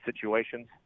situations